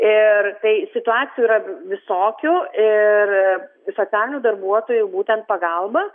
ir tai situacijų yra visokių ir socialinių darbuotojų būtent pagalba